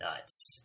nuts